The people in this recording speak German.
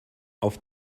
auf